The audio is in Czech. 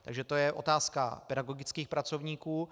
Takže to je otázka pedagogických pracovníků.